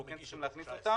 אנחנו כן צריכים להכניס אותם.